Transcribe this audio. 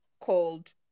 called